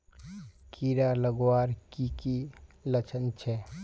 कीड़ा लगवार की की लक्षण छे?